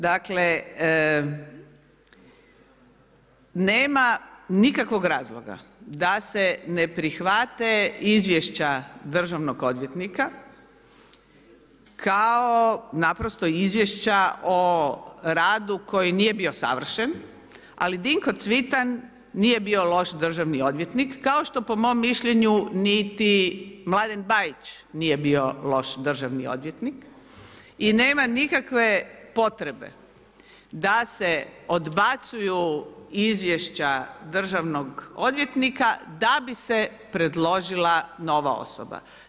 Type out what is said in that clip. Dakle, nema nikakvog razloga da se ne prihvate izvješća državnog odvjetnika kao naprosto izvješća o radu koji nije bio savršen, ali Dinko Cvitan nije bio loš državni odvjetnik, kao što po mom mišljenju niti Mladen Bajić nije bio loš državni odvjetnik i nema nikakve potrebe da se odbacuju izvješća državnog odvjetnika da bi se predložila nova osoba.